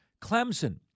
Clemson